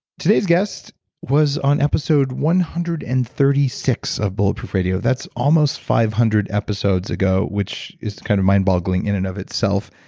today's guest was on episode one hundred and thirty six of bulletproof radio. that's almost five hundred episodes ago which is kind of mind boggling in and of itself.